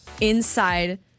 inside